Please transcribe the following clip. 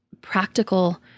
practical